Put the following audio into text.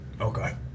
Okay